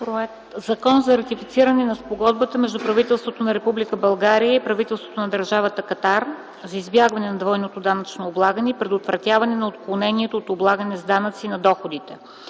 за ратифициране на Спогодбата между правителството на Република България и правителството на Държавата Катар за избягване на двойното данъчно облагане и предотвратяване на отклонението от облагане с данъци на доходите,